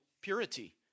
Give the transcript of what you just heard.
purity